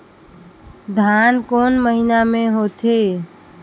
धान कोन महीना मे होथे?